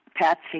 Patsy